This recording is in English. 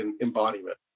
embodiment